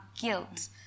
guilt